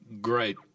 great